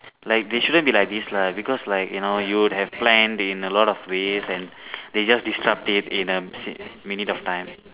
like they shouldn't be like this lah because like you know you would have planned in a lot of ways and they just disrupt it in a si~ minute of time